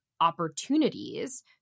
opportunities